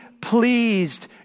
pleased